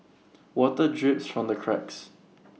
water drips from the cracks